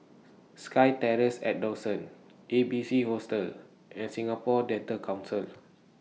SkyTerrace At Dawson A B C Hostel and Singapore Dental Council